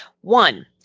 One